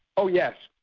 oh yes.